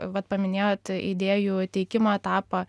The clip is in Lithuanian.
vat paminėjot idėjų teikimo etapą